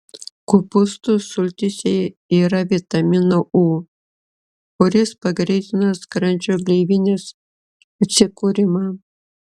kopūstų sultyse yra vitamino u kuris pagreitina skrandžio gleivinės atsikūrimą